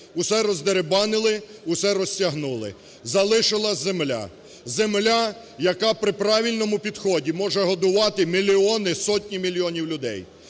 усе роздерибанили, усе розтягнули, залишилася земля – земля, яка при правильному підході може годувати мільйони, сотні мільйонів людей.